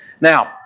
now